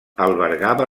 albergava